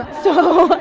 so,